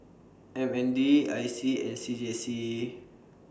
M N D I C and C J C